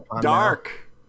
Dark